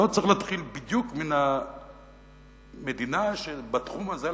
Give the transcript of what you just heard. לא צריך להתחיל בדיוק מהמדינה שבתחום הזה,